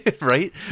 Right